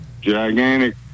Gigantic